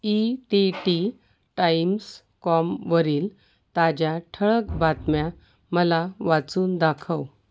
E T T Times कॉमवरील ताज्या ठळक बातम्या मला वाचून दाखव